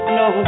no